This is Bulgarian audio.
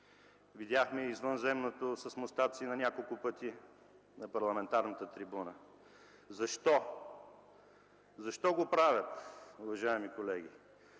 видяхме и извънземното с мустаци на няколко пъти на парламентарната трибуна. Защо? Защо го правят, уважаеми колеги?!